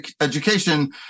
education